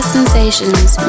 sensations